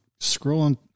scrolling